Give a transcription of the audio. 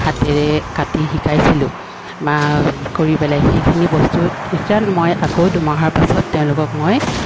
হাতেৰে কাটি শিকাইছিলোঁ বা কৰি পেলাই সেইখিনি বস্তু মই আকৌ দুমাহৰ পাছত তেওঁলোকক মই